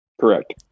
Correct